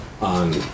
on